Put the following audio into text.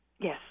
yes